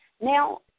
now